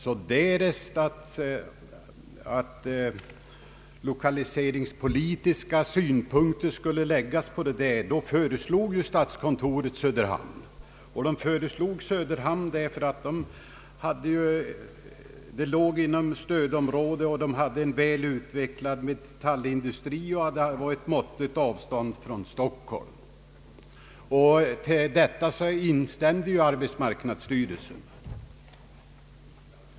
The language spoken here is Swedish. Då föreslog statskontoret Söderhamn, därest lokaliseringspolitiska synpunkter skulle läggas på myntverkets placering. Det gjorde man därför att Söderhamn låg inom stödområdet, hade en väl utvecklad metallindustri och låg på ett måttligt avstånd från Stockholm. I detta ställningstagande instämde arbetsmarknadsstyrelsen.